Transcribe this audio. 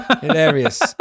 Hilarious